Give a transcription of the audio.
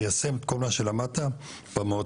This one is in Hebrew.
תיישם את כל מה שלמדת במועצה,